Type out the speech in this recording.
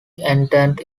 entente